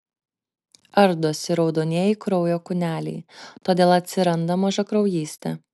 ardosi raudonieji kraujo kūneliai todėl atsiranda mažakraujystė